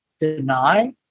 deny